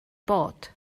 bod